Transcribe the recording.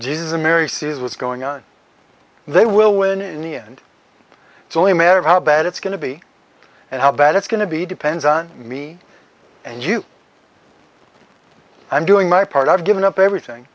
jesus and mary says what's going on they will win in the end it's only a matter of how bad it's going to be and how bad it's going to be depends on me and you i'm doing my part i've given up everything